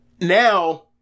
Now